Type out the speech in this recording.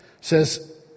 says